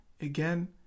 again